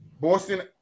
Boston